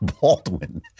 Baldwin